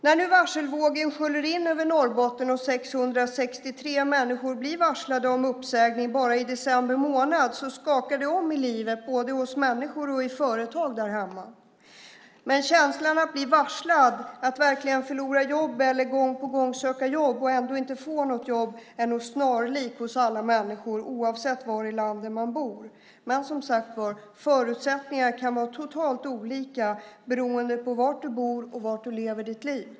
När nu varselvågen sköljer in över Norrbotten och 663 människor blev varslade om uppsägning bara i december månad skakar det om livet både hos människor och i företag där hemma. Känslan att bli varslad, att verkligen förlora jobbet eller gång på gång söka jobb och ändå inte få något jobb, är nog snarlik hos alla människor oavsett var i landet man bor. Men förutsättningarna, som sagt var, kan vara totalt olika beroende på var du bor och var du lever ditt liv.